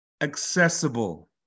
Accessible